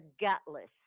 gutless